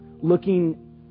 looking